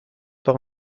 par